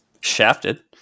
Shafted